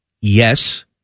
yes